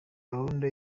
gahunda